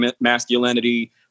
masculinity